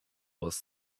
was